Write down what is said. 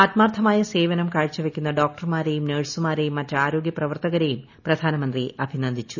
ആത്മാർത്ഥമായ സേവനം കാഴ്ചവയ്ക്കുന്ന ഡോക്ടർമാരെയും നഴ്സുമാരെയും മറ്റ് ആരോഗൃപ്രവർത്തകരെയും പ്രധാനമന്ത്രി അഭിനന്ദിച്ചു